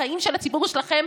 אלו החיים של הציבור שלכם.